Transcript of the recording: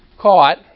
caught